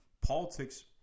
Politics